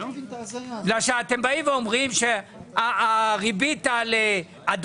אתם באים ואומרים שהריבית תעלה,